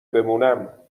بمونم